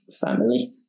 family